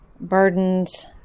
burdens